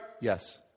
Yes